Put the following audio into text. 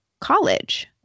College